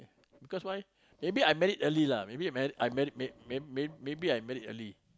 because why maybe I met it earlier maybe maybe I man man may maybe it early